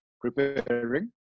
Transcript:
preparing